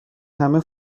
همه